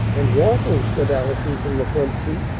and waffles! said allison from the front seat.